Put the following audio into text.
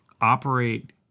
operate